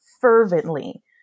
fervently